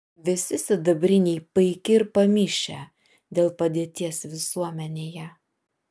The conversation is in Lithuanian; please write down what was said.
visi sidabriniai paiki ir pamišę dėl padėties visuomenėje